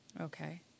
Okay